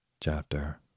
Chapter